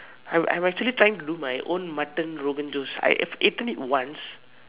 I'm I'm actually trying to do my own Mutton Rogan Josh I have eaten it once